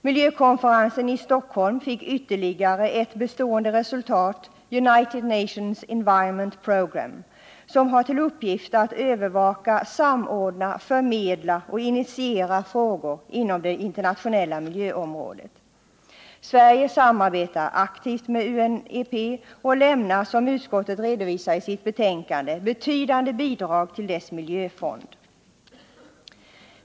Miljökonferensen fick ytterligare ett bestående resultat, United Nations Environmental Programme, som har till uppgift att övervaka, samordna, förmedla och initiera frågor inom det internationella miljöområdet. Sverige samarbetar aktivt med UNEP och lämnar, som utskottet redovisar i sitt betänkande, betydande bidrag till dess miljöfond.